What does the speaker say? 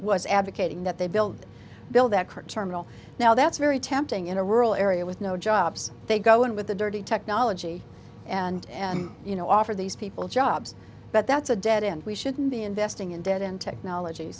was advocating that they build build that current terminal now that's very tempting in a rural area with no jobs they go in with the dirty technology and you know offer these people jobs but that's a dead end we shouldn't be investing in dead end technolog